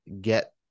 get